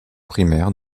primaire